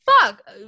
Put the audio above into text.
fuck